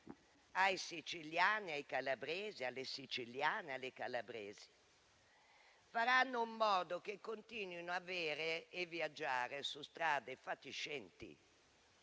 ai siciliani, ai calabresi, alle siciliane e alle calabresi faranno in modo che continuino ad avere e a viaggiare su strade fatiscenti